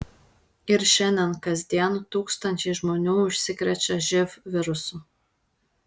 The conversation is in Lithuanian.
ir šiandien kasdien tūkstančiai žmonių užsikrečia živ virusu